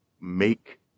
Make